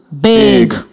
Big